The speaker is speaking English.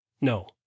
No